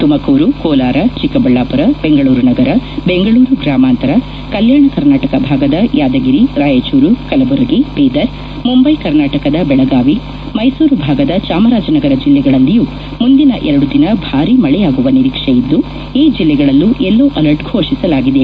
ತುಮಕೂರು ಕೋಲಾರ ಚಿಕ್ಕಬಳ್ಳಾಪುರ ಬೆಂಗಳೂರುನಗರ ಬೆಂಗಳೂರು ಗ್ರಾಮಾಂತರ ಕಲ್ಯಾಣ ಕರ್ನಾಟಕ ಭಾಗದ ಯಾದಗಿರಿ ರಾಯಚೂರು ಕಲಬುರಗಿ ಬೀದರ್ ಮುಂಬೈ ಕರ್ನಾಟಕದ ಬೆಳಗಾವಿ ಮೈಸೂರು ಭಾಗದ ಚಾಮರಾಜನಗರ ಜಿಲ್ಲೆಗಳಲ್ಲಿಯೂ ಮುಂದಿನ ಎರಡು ದಿನ ಭಾರೀ ಮಳೆಯಾಗುವ ನಿರೀಕ್ಷೆಯಿದ್ದು ಈ ಜಿಲ್ಲೆಗಳಲ್ಲೂ ಯಲ್ಲೊ ಅಲರ್ಟ್ ಘೋಷಿಸಲಾಗಿದೆ